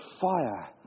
fire